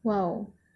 !wow!